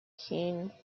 keene